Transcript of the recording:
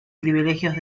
privilegios